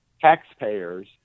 taxpayers